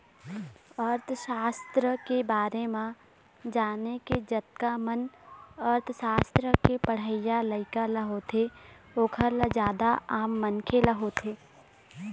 अर्थसास्त्र के बारे म जाने के जतका मन अर्थशास्त्र के पढ़इया लइका ल होथे ओखर ल जादा आम मनखे ल होथे